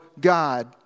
God